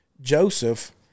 Joseph